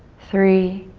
three,